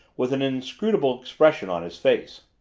with an inscrutable expression on his face.